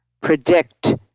predict